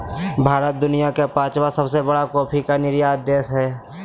भारत दुनिया के पांचवां सबसे बड़ा कॉफ़ी के निर्यातक देश हइ